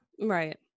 Right